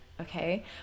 okay